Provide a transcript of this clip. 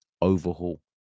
overhaul